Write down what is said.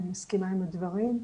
אני מסכימה עם הדברים,